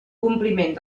compliment